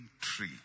tree